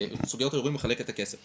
סוגר את הערעורים ומחלק את הכסף.